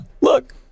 look